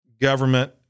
government